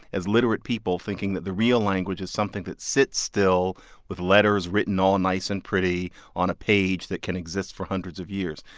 as literate people, thinking that the real language is something that sits still with letters written all nice and pretty on a page that can exist for hundreds of years,